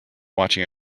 watching